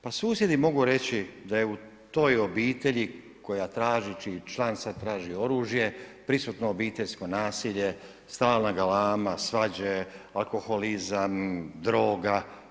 Pa susjedi mogu reći da je u toj obitelji koja traži čiji član sada traži oružje prisutno obiteljsko nasilje, stalna galama, svađe, alkoholizam, droga.